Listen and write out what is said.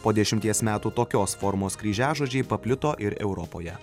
po dešimties metų tokios formos kryžiažodžiai paplito ir europoje